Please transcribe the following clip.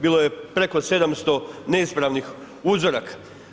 Bilo je preko 700 neispravnih uzoraka.